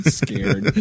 scared